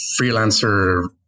freelancer